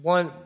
One